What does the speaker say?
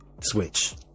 Switch